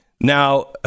now